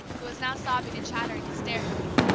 who was now sobbing and chattering hysterically,